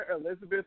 Elizabeth